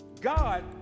God